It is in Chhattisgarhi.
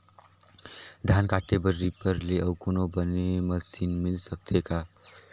धान काटे बर रीपर ले अउ कोनो बने मशीन मिल सकथे का?